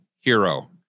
hero